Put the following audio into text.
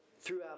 throughout